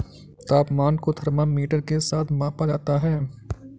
तापमान को थर्मामीटर के साथ मापा जाता है